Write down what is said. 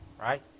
right